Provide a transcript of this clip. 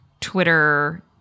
Twitter